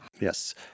Yes